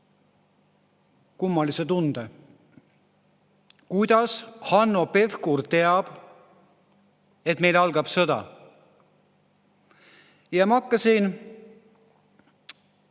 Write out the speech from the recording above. kummalise tunde. Kuidas Hanno Pevkur teab, et meil algab sõda? Ma hakkasin